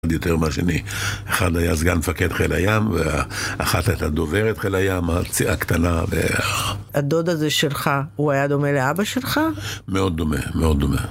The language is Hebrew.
אחד יותר מהשני. אחד היה סגן מפקד חיל הים, ואחת הייתה דוברת חיל הים, מקציעה קטנה, ו... -הדוד הזה שלך, הוא היה דומה לאבא שלך? -מאוד דומה, מאוד דומה.